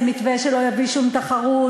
זה מתווה שלא יביא שום תחרות,